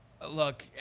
Look